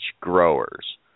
Growers